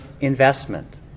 investment